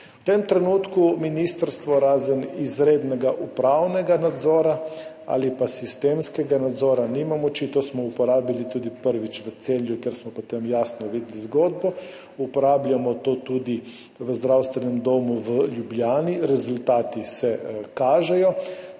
V tem trenutku ministrstvo razen izrednega upravnega nadzora ali sistemskega nadzora nima moči. To smo tudi prvič uporabili v Celju, kjer smo potem jasno videli zgodbo. To uporabljamo tudi v Zdravstvenem domu v Ljubljani, rezultati se kažejo.